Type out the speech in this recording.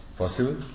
Possible